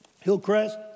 Hillcrest